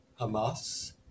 Hamas